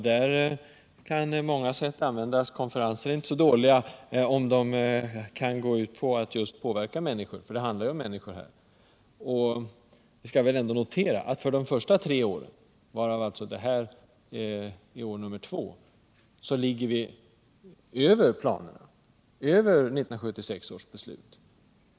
Där kan många sätt användas. Konferenser är inte så dåliga om de går ut på att just påverka människor, för det handlar ju om människor här. Vi skall väl ändå notera att för de första tre åren, varav detta är nummer två, så ligger vi över planerna i 1976 års beslut.